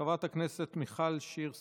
חברת הכנסת מיכל שיר סגמן.